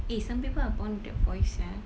eh some people are born with that voice sia